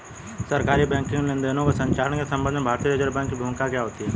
सरकारी बैंकिंग लेनदेनों के संचालन के संबंध में भारतीय रिज़र्व बैंक की भूमिका क्या होती है?